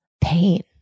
pain